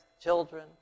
children